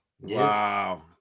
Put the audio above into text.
Wow